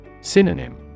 Synonym